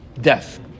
death